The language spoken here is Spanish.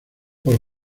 por